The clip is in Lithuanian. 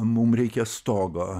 mum reikia stogo